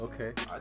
Okay